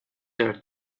their